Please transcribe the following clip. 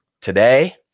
today